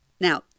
Now